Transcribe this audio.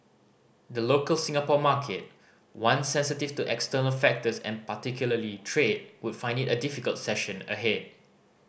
the local Singapore market one sensitive to external factors and particularly trade would find it a difficult session ahead